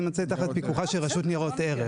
יימצא תחת פיקוחה של רשות ניירות ערך.